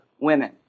women